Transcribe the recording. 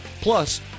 Plus